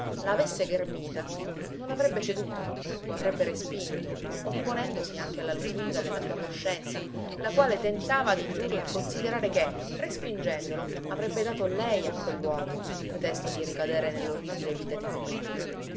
avesse ghermita non avrebbe ceduto lo avrebbe respinto opponendosi anche alla lusinga della sua coscienza la quale tentava d'indurla a considerare che respingendolo avrebbe dato lei a quell'uomo il pretesto di ricadere nell'orribile vita di prima